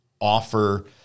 offer